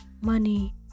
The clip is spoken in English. money